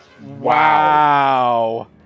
Wow